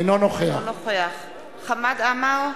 אינו נוכח חמד עמאר,